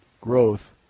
growth